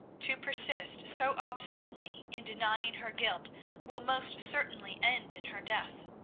to persist so obstinately in denying her guilt will most certainly end in her death.